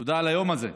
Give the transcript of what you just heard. תודה על היום הזה.